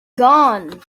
gone